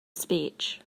speech